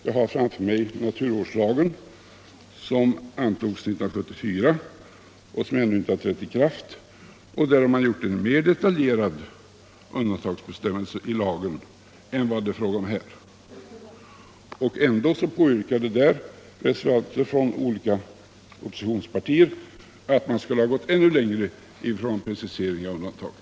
Jag har framför mig naturvårdslagen, som antogs 1974 och som ännu inte trätt i kraft. Där har man gjort en mera detaljerad undantagsbestämmelse i lagen än vad det är fråga om här. Ändå påyrkade reservanter från olika oppositionspartier att man skulle ha gått ännu längre i fråga om precisering av undantagen.